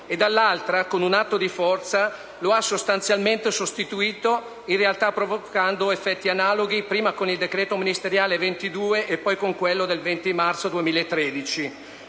e dall'altra, con un atto di forza, lo ha sostanzialmente sostituito, in realtà provocando effetti analoghi, prima con il decreto ministeriale n. 22 del 2013 e poi con quello del 20 marzo 2013.